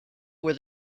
were